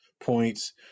points